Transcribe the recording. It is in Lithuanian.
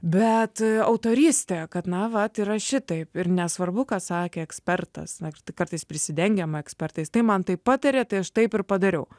bet autorystė kad na vat yra šitaip ir nesvarbu ką sakė ekspertas na tai kartais prisidengiama ekspertais tai man taip patarė tai aš taip ir padariau